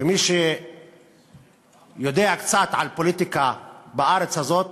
ומי שיודע קצת על פוליטיקה בארץ הזאת,